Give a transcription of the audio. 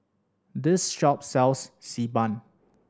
this shop sells Xi Ban